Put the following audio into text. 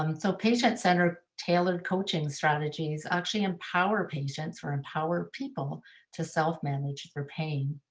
um so patient center tailored, coaching strategies actually empower patients, or empower people to self manage their pain.